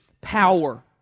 power